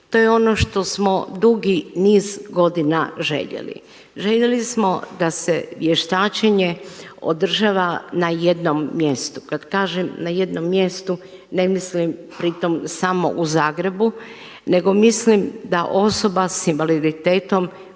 To je ono što smo dugi niz godina željeli. Željeli smo da se vještačenje održava na jednom mjestu. Kad kažem na jednom mjestu ne mislim pritom samo u Zagrebu, nego mislim da osoba sa invaliditetom